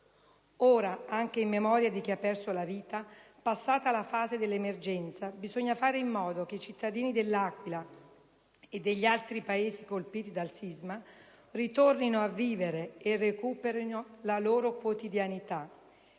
Ora, anche in memoria di chi ha perso la vita, passata la fase dell'emergenza, bisogna fare in modo che i cittadini dell'Aquila e degli altri paesi colpiti dal sisma ritornino a vivere e recuperino la loro quotidianità.